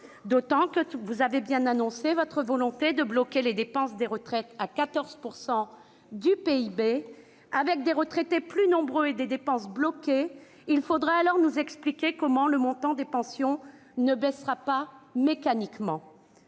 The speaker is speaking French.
d'autant que vous avez clairement annoncé votre volonté de bloquer les dépenses des retraites à 14 % du PIB. Avec des retraités plus nombreux et des dépenses bloquées, il faudra nous expliquer comment le montant des pensions ne baissera pas mécaniquement.